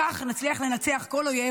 כך נצליח לנצח כל אויב,